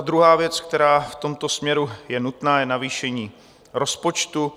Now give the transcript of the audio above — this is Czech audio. Druhá věc, která je v tomto směru nutná, je navýšení rozpočtu.